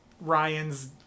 Ryan's